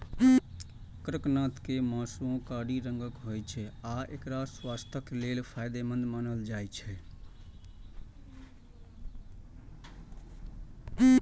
कड़कनाथ के मासुओ कारी रंगक होइ छै आ एकरा स्वास्थ्यक लेल फायदेमंद मानल जाइ छै